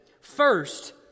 First